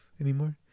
anymore